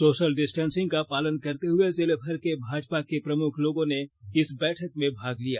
social distancing का पालन करते हुए जिले भर के भाजपा के प्रमुख लोगों ने इस बैठक में भाग लिया